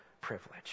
privilege